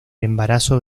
embarazo